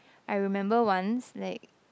I remember once like